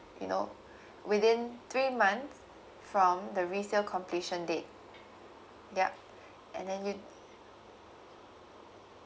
you know within three month from the resale completion date yup and then you